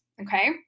Okay